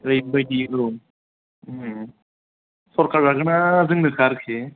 ओरैबायदि औ सरकार दागोना जोंनोखा आरोखि